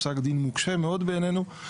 פסק דין נוקשה מאוד בענייננו.